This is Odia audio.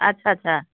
ଆଚ୍ଛା ଆଚ୍ଛା